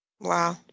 Wow